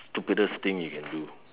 stupidest thing you can do